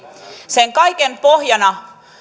sen kaiken pohjana